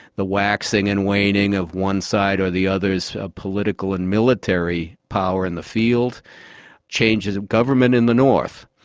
the waxing and waning of one side or the other's ah political and military power in the field changes of government in the north.